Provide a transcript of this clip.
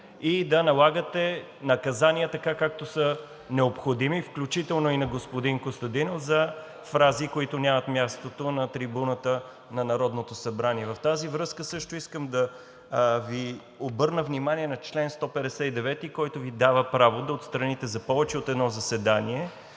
и да налагате наказания така, както са необходими, включително и на господин Костадинов, за фрази, които нямат място на трибуната на Народното събрание. В тази връзка също искам да Ви обърна внимание на чл. 159, който Ви дава право да отстраните за повече от едно заседание